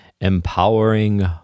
Empowering